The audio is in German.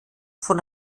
von